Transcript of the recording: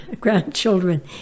grandchildren